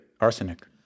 Arsenic